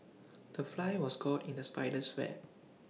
the fly was caught in the spider's web